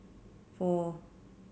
four